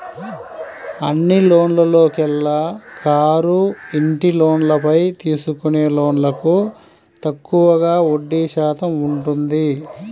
అన్ని లోన్లలోకెల్లా కారు, ఇంటి లోన్లపై తీసుకునే లోన్లకు తక్కువగా వడ్డీ శాతం ఉంటుంది